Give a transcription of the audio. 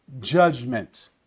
judgment